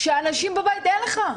כשאנשים בבית אין לך.